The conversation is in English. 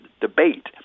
debate